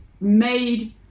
made